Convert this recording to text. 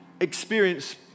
experience